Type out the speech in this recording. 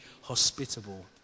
hospitable